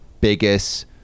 biggest